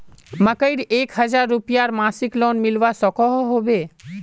मकईर एक हजार रूपयार मासिक लोन मिलवा सकोहो होबे?